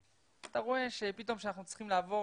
אתה רואה שפתאום כשאנחנו צריכים לעבור